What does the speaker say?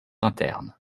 internes